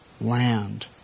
land